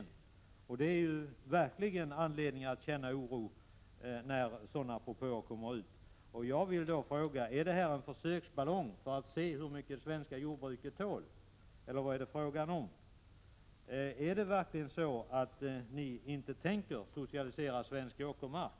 När sådana propåer kommer finns det verkligen anledning att känna oro. Jag vill då fråga: Är det här något slags försöksballong för att se hur mycket det svenska jordbruket tål, eller vad är det fråga om? Är det verkligen så att ni inte tänker socialisera svensk åkermark?